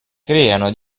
creano